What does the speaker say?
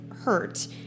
hurt